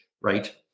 right